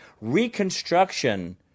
reconstruction